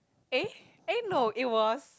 eh eh no it was